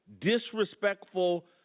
disrespectful